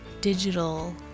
digital